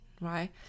right